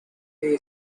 they